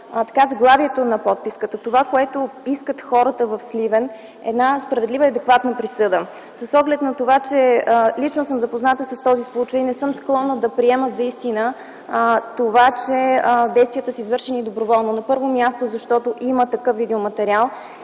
от заглавието на подписката, че това, което искат хората в Сливен, е една справедлива и адекватна присъда. С оглед на това, че съм запозната с този случай, не съм склонна да приема за истина това, че действията са извършени доброволно, на първо място защото има такъв видеоматериал